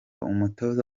umutoza